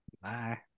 Bye